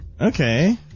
Okay